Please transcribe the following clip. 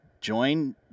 join